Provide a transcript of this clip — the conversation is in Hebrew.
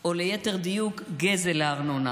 או ליתר דיוק גזל הארנונה,